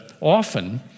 often